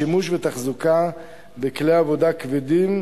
שימוש ותחזוקה בכלי עבודה כבדים,